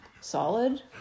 solid